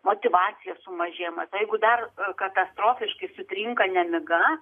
motyvacijos sumažėjimas jeigu dar katastrofiškai sutrinka nemiga